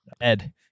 Ed